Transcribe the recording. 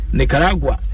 Nicaragua